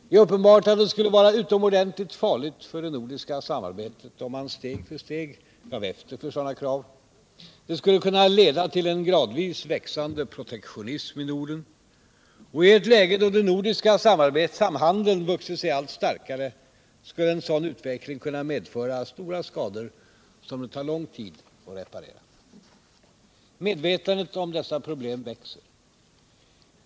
Det är uppenbart att det skulle vara utomordentligt farligt för det nordiska samarbetet om man steg för steg gav efter för sådana krav. Det skulle kunna leda till en gradvis växande protektionism i Norden. I ett läge då den nordiska samhandeln vuxit sig allt starkare skulle en sådan utveckling kunna medföra skador, som det tar lång tid att reparera. Medvetandet om dessa problem växer.